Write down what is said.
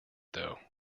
though